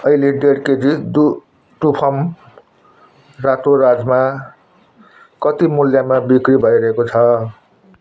अहिले डेढ केजी डु ट्रुफार्म रातो राजमा कति मूल्यमा बिक्री भइरहेको छ